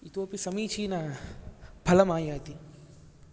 इतोऽपि समीचीन फलमायाति